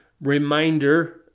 Reminder